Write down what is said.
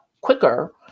quicker